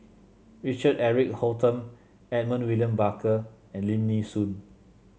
Richard Eric Holttum Edmund William Barker and Lim Nee Soon